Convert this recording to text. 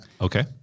Okay